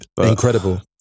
incredible